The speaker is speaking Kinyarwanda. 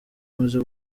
maze